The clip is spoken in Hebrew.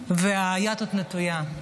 והיד עוד נטויה.